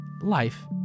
life